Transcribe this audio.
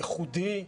ייחודי,